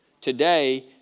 Today